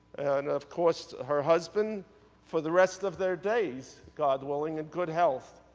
and of course, her husband for the rest of their days, god willing, good health.